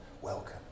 welcome